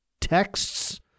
texts